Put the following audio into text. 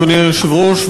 אדוני היושב-ראש,